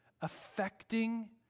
affecting